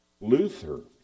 Luther